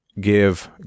give